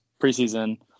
preseason